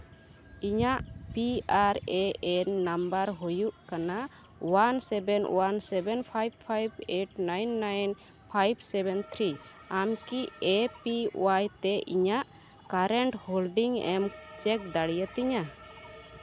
ᱤᱧᱟᱹᱜ P R A N number ᱦᱩᱭᱩᱜ ᱠᱟᱱᱟ one seven one seven five five eight nine nine five seven three ᱟᱢ K A P Y ᱛᱮ ᱤᱧᱟᱹᱜ current holding ᱮᱢ check ᱫᱟᱲᱮᱭᱟᱛᱤᱧᱟ